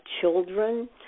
children